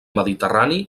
mediterrani